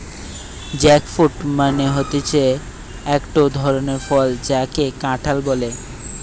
jackfruit মানে হতিছে একটো ধরণের ফল যাকে কাঁঠাল বলে